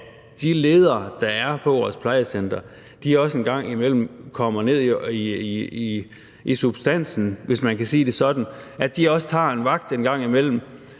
at de ledere, der er på vores plejecentre, også en gang imellem kommer ned i substansen, hvis man kan sige det sådan; at de også engang imellem